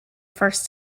first